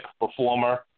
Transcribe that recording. performer